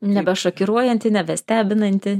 nebešokiruojanti nebestebinanti